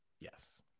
Yes